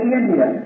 India